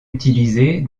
utilisé